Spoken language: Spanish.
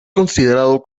considerado